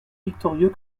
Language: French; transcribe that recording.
victorieux